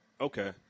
Okay